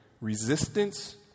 resistance